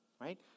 Right